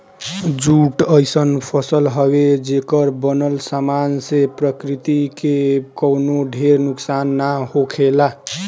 jute अइसन फसल हवे, जेकर बनल सामान से प्रकृति के कवनो ढेर नुकसान ना होखेला